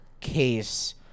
case